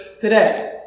today